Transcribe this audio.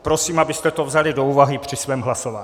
Prosím, abyste to vzali do úvahy při svém hlasování.